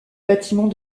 bâtiment